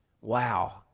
Wow